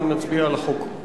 ונצביע על החוק.